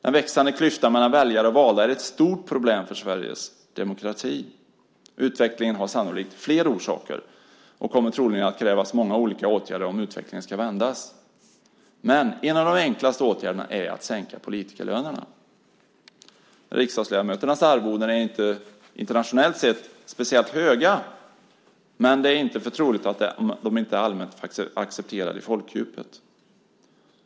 En växande klyfta mellan väljare och valda är ett stort problem för Sveriges demokrati. Utvecklingen har sannolikt flera orsaker, och det kommer att krävas många olika åtgärder om utvecklingen ska vändas, men en av de enklaste åtgärderna är att sänka politikerlönerna. Riksdagsledamöternas arvoden är inte speciellt höga internationellt sett, men det är inte otroligt att de inte allmänt är accepterade i folkdjupet.